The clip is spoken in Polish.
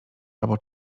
albo